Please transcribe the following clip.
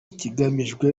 ikigamijwe